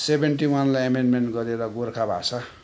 seventy वानलाई amendment गरेर गोर्खा भाषा